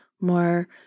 more